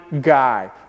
guy